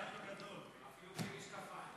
אפילו בלי משקפיים.